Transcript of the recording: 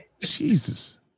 Jesus